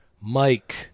Mike